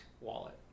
wallet